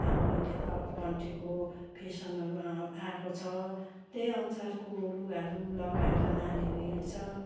अब अहिले त आउट कन्ट्रीको फेसनहरू आएको छ त्यही अनुसारको लुगाहरू लगाएर नानीहरू हिँड्छ